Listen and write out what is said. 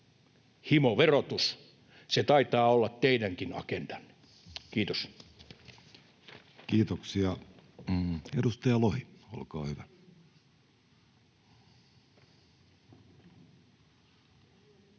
himoverotus — se taitaa olla teidänkin agendanne. — Kiitos. Kiitoksia. — Edustaja Lohi, olkaa hyvä.